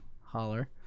Holler